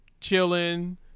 chilling